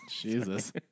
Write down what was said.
Jesus